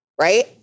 right